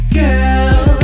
girl